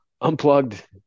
Unplugged